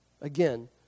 Again